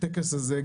הטקס הזה,